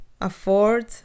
afford